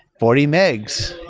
forty megs.